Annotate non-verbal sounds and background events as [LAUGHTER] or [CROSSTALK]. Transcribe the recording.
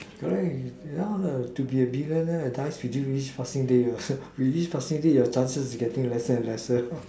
correct you want to be a billionaire dies with dreams with each passing day [NOISE] with each passing day your chances is getting lesser and lesser [NOISE]